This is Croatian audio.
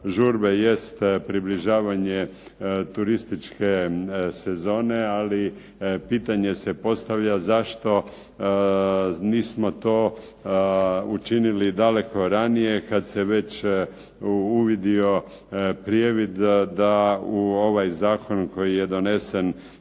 žurbe jest približavanje turističke sezone, ali pitanje se postavlja zašto nismo to učinili daleko ranije kad se već uvidio prijevid da u ovaj zakon koji je donesen